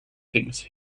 things